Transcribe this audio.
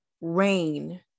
rain